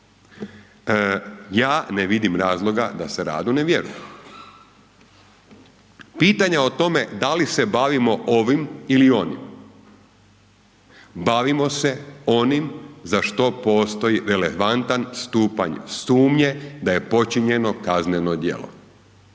Ja ne vidim razloga da se radu ne vjeruje. Pitanja o tome da li se bavimo ovim ili onim. Bavimo se onim za što postoji relevantan stupanj sumnje da je počinjeno kazneno djelo.